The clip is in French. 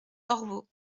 orvault